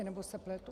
Nebo se pletu?